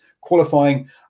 qualifying